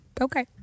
okay